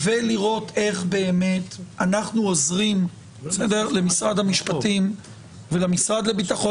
ולראות איך באמת אנחנו עוזרים למשרד המשפטים ולמשרד לביטחון